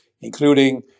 including